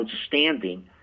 outstanding